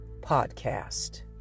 podcast